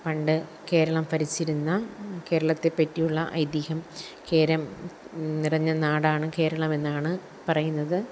പണ്ട് കേരളം ഭരിച്ചിരുന്ന കേരളത്തെ പറ്റിയുള്ള ഐതിഹ്യം കേരം നിറഞ്ഞ നാടാണ് കേരളമെന്നാണ് പറയുന്നത്